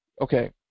okay